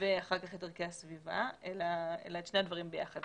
ואחר כך את ערכי הסביבה אלא את שני הדברים ביחד.